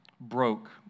broke